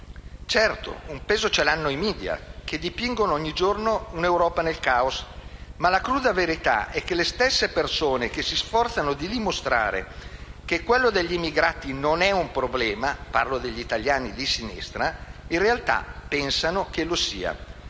Certo, un peso hanno i *media* che dipingono ogni giorno un'Europa nel caos. Ma la cruda verità è che le stesse persone che si sforzano di dimostrare che quello degli immigrati non è un problema - parlo degli italiani di sinistra - in realtà pensano che lo sia.